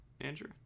andrew